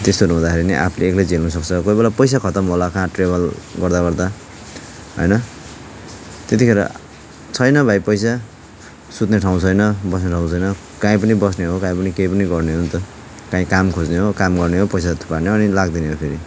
त्यस्तोहरू हुँदाखेरि पनि आफूले एक्लै झेल्न सक्छ कोही बेला पैसा खतम होला कहाँ ट्रेभल गर्दा के गर्दा गर्दा होइन त्यतिखेर छैन भाइ पैसा सुत्ने ठाउँ छैन बस्ने ठाउँ छैन काहीँ पनि बस्ने हो काहीँ पनि केही पनि एक्लै गर्ने हो नि त काहीँ काम खोज्ने हो काम गर्ने हो पैसा थुपार्ने हो अनि लाग्दिने हो फेरि